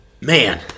man